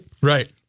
Right